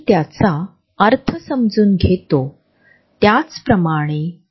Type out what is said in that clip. या छायाचित्रांचा तळाशी असलेल्या कोपऱ्यातील छायाचित्रांची तुलना करू शकतो ज्यात तीन लोकांचा गट दाखविला आहे